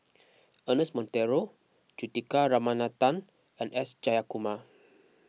Ernest Monteiro Juthika Ramanathan and S Jayakumar